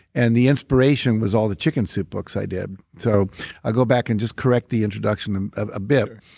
and the inspiration was all the chicken soup books i did, so i'll go back and just correct the introduction and a bit.